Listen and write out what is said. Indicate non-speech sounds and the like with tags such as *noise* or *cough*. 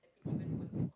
*breath*